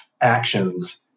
actions